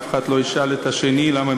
אף אחד לא ישאל את השני: למה,